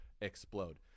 explode